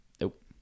Nope